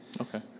okay